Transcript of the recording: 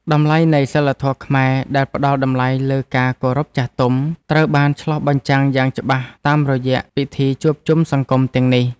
តម្លៃនៃសីលធម៌ខ្មែរដែលផ្តល់តម្លៃលើការគោរពចាស់ទុំ ត្រូវបានឆ្លុះបញ្ចាំងយ៉ាងច្បាស់តាមរយៈពិធីជួបជុំសង្គមទាំងនេះ។